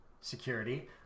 security